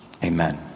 Amen